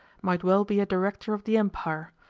might well be a director of the empire.